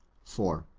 for